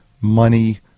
money